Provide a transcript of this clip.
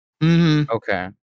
Okay